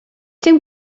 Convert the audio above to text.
dim